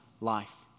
life